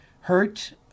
Hurt